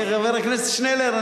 חבר הכנסת שנלר,